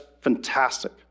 fantastic